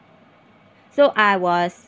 so I was